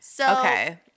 Okay